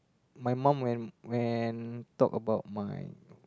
my mum when when talk about my